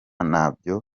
nabyo